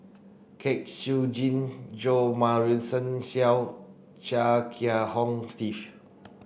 Kwek Siew Jin Jo Marion Seow Chia Kiah Hong Steve